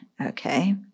okay